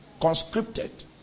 conscripted